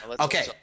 Okay